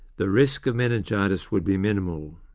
the risk of meningitis would be minimal.